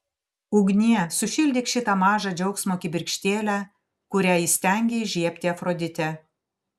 ugnie sušildyk šitą mažą džiaugsmo kibirkštėlę kurią įstengė įžiebti afroditė